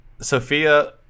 Sophia